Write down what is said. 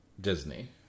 Disney